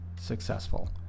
successful